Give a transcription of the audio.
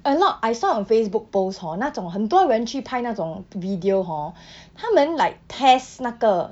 a lot I saw on Facebook post hor 那种很多人去拍那种 video hor 他们 like test 那个